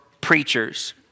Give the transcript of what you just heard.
preachers